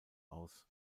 aus